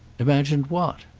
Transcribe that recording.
imagined what?